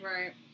Right